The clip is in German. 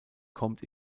kommt